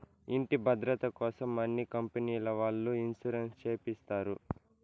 ఇంటి భద్రతకోసం అన్ని కంపెనీల వాళ్ళు ఇన్సూరెన్స్ చేపిస్తారు